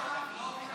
למה זה לא חל,